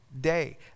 day